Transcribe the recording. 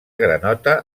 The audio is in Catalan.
granota